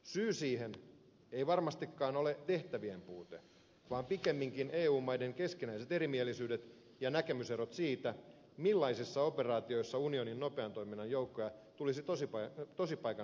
syy siihen ei varmastikaan ole tehtävien puute vaan pikemminkin eu maiden keskinäiset erimielisyydet ja näkemyserot siitä millaisissa operaatioissa unionin nopean toiminnan joukkoja tulisi tosipaikan tullen käyttää